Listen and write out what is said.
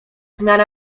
zmiany